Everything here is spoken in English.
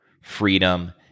freedom